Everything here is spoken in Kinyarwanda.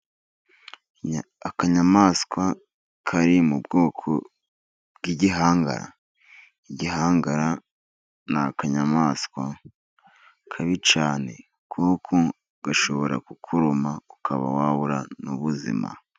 Akanyamaswa kari mu bwoko bw'igihangara. Igihangara n'akanyamaswa kabi cyane kuko gashobora kukuruma ukaba wabura n'ubuzima.